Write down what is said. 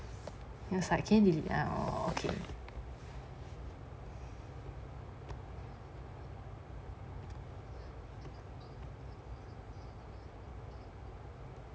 it's like can you delete now orh okay